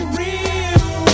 real